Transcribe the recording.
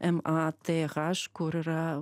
m a t h kur yra